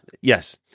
Yes